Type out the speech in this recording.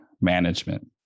management